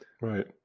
Right